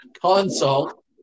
consult